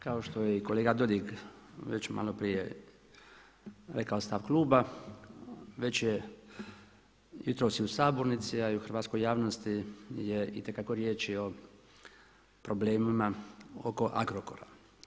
Kao što je i kolega Dodig već maloprije rekao stav kluba već je jutros i sabornici a i u hrvatskoj javnosti je itekako riječ o problemima oko Agrokora.